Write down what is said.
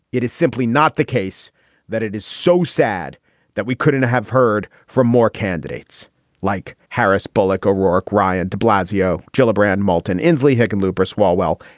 it is simply not the case that it is so sad that we couldn't have heard four more candidates like harris bullock, o'rourke, ryan de blasio, gellibrand malton, emsley, hickenlooper, swalwell,